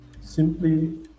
simply